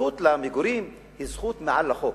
הזכות למגורים היא זכות מעל החוק,